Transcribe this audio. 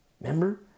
Remember